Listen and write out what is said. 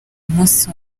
umunsi